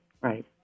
Right